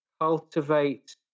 cultivate